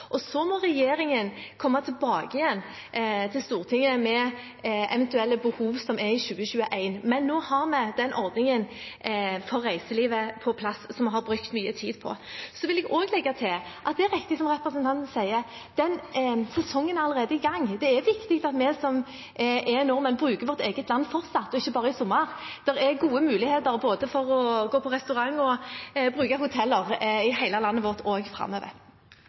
og så må regjeringen komme tilbake igjen til Stortinget med eventuelle behov som er i 2021. Men nå har vi den ordningen for reiselivet på plass, som vi har brukt mye tid på. Jeg vil også legge til at det er riktig som representanten sier, at sesongen allerede er i gang. Det er viktig at vi nordmenn bruker vårt eget land fortsatt, ikke bare at vi gjorde det i sommer. Det er gode muligheter både for å gå på restaurant og for å bruke hoteller i hele landet vårt også framover.